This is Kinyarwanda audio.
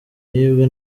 yibwe